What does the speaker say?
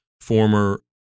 former